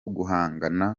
guhangana